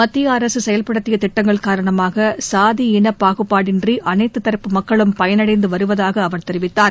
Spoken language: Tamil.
மத்திய அரசு செயல்படுத்திய திட்டங்கள் காரணமாக சாதி இன பாகுபாடின்றி அனைத்துத் தூப்பு மக்களும் பயனடைந்து வருவதாக அவர் தெரிவித்தார்